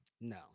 no